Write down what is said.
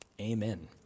amen